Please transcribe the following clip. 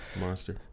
Monster